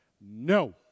No